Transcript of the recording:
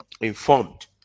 informed